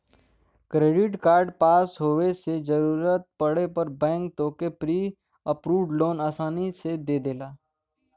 credit card पास होये से जरूरत पड़े पे बैंक तोहके प्री अप्रूव्ड लोन आसानी से दे देला